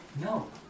No